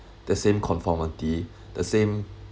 the same conformity the same